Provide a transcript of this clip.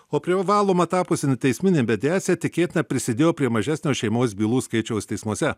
o privaloma tapusi teisminė mediacija tikėtina prisidėjo prie mažesnio šeimos bylų skaičiaus teismuose